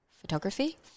photography